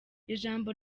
ijambo